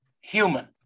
human